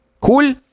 Cool